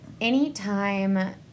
anytime